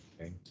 Okay